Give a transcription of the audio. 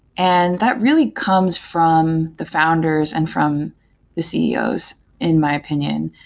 and that really comes from the founders and from the ceos in my opinion.